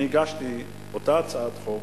אני הגשתי אותה הצעת חוק